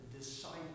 disciple